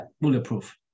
bulletproof